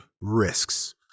risks